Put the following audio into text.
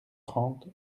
trente